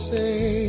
say